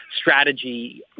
strategy